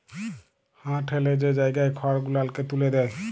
হাঁ ঠ্যালে যে জায়গায় খড় গুলালকে ত্যুলে দেয়